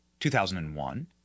2001